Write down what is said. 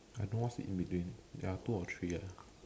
I know what's in between there're two or three ah